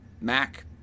Mac